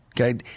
Okay